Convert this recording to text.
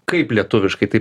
kaip lietuviškai tai